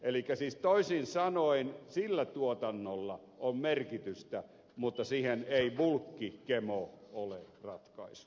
elikkä siis toisin sanoen sillä tuotannolla on merkitystä mutta siihen ei bulkkigemo ole ratkaisu